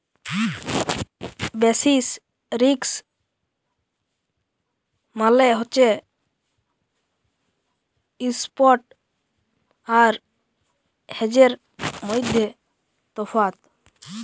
basis risk মালে হছে ইস্প্ট আর হেজের মইধ্যে তফাৎ